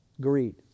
Greed